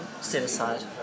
suicide